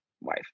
wife